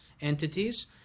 entities